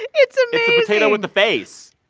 it's a potato with a face.